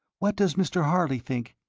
what does mr. harley think?